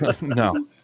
No